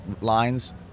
lines